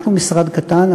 אנחנו משרד קטן,